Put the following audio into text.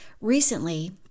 recently